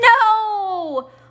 No